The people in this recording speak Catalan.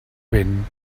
vent